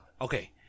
Okay